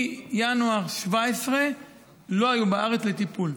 מינואר 2017 לא היו בארץ לטיפול.